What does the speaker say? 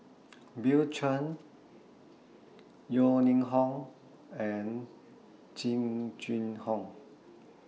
Bill Chen Yeo Ning Hong and Jing Jun Hong